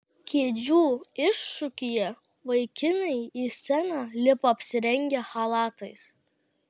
kėdžių iššūkyje vaikinai į sceną lipo apsirengę chalatais